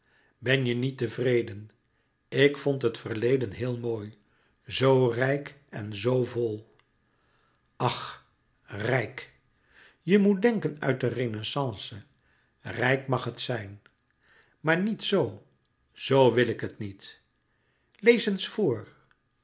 ben je niet tevreden ik vond het verleden heel mooi zoo rijk en zoo vol ach rijk je moet denken uit de renaissance rijk mag het zijn maar niet zoo zoo wil ik het niet lees eens voor